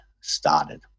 started